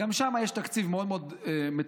גם שם יש תקציב מאוד מאוד מצומצם,